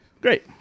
Great